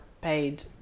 paid